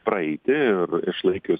praeiti ir išlaikius